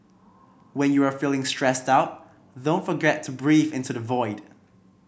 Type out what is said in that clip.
when you are feeling stressed out don't forget to breathe into the void